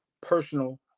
personal